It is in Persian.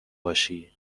باشی